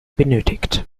benötigt